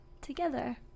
together